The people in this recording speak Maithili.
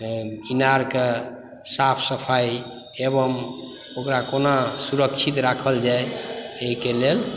इनारके साफ सफाइ एवं ओकरा कोना सुरक्षित राखल जाय एहिके लेल